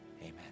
Amen